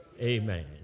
amen